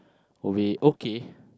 will be okay